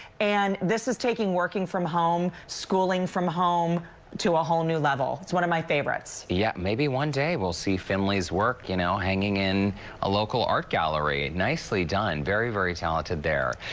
and this is taking working from home, schooling from home to a whole new level. it's one of my favorites. derrick yeah maybe one day we'll see finley's work you know hanging in a local art gallery. nicely done. very, very talented there.